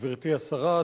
גברתי השרה,